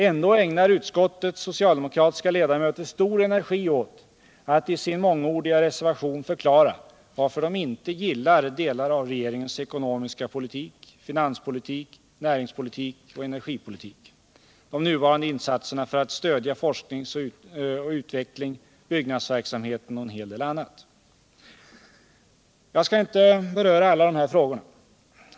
Ändå ägnar utskottets socialdemokratiska ledamöter stor energi åt att i sin mångordiga reservation förklara varför de inte gillar delar av regeringens ekonomiska politik, finanspolitik, näringspolitik och energipolitik, de nuvarande insatserna för att stödja forskning och utveckling, byggnadsverksamheten och en del annat. Jag skall inte beröra alla de här frågorna.